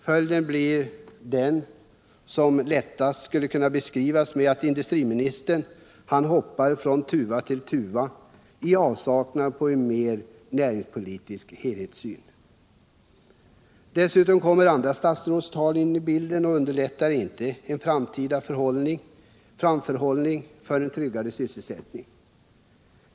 Följden blir den som lättast kan beskrivas med att industriministern hoppar från tuva till tuva i avsaknad av en bättre näringspolitisk helhetsyn. Dessutom kommer andra statsråds tal in i bilden och underlättar inte en framförhållning för en tryggare sysselsättning.